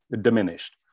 diminished